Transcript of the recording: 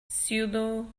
pseudorandomness